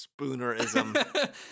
spoonerism